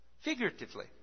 Figuratively